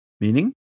Meaning